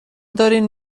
دارین